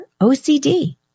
OCD